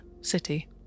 city